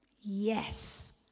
yes